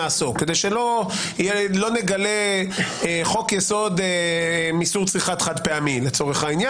לעניין חוק יסוד שאנחנו רוצים לשריין מביקורת שיפוטית,